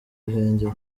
ruhengeri